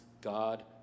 God